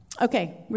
Okay